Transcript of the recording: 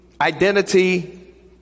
identity